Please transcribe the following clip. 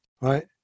right